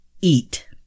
eat